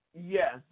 Yes